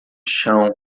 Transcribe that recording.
chão